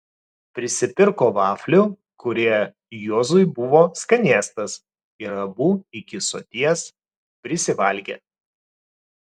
prisipirko vaflių kurie juozui buvo skanėstas ir abu iki soties prisivalgė